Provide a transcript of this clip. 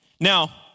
Now